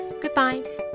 Goodbye